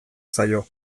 zaio